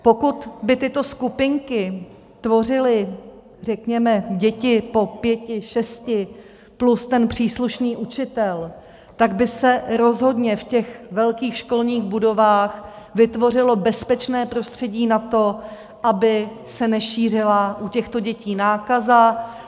Pokud by tyto skupinky tvořily, řekněme, děti po pěti šesti plus příslušný učitel, tak by se rozhodně v těch velkých školních budovách vytvořilo bezpečné prostředí na to, aby se nešířila u těchto dětí nákaza.